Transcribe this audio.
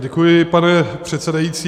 Děkuji, pane předsedající.